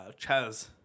Chaz